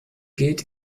geht